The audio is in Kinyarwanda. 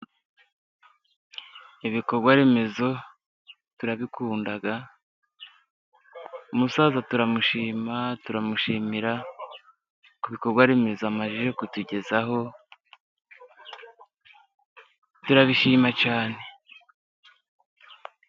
Ibikorwa remezo turabikunda umusaza turamushima turamushimira, ku bikorwa remezo amaze kutugezaho turabishima cyane.